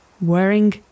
wearing